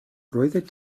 roeddet